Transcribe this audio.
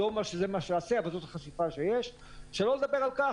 אני לא אומר שזה מה שהוא יעשה אבל זאת החשיפה שיש ושלא נדבר על כך,